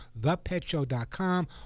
thepetshow.com